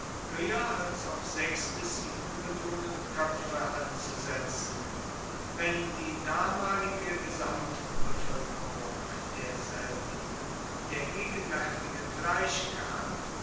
höher als auf bis mill köpfe anzusetzen wenn die damalige gesamtbevölkerung derselben der gegenwärtigen gleichkam